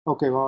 Okay